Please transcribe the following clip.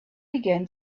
began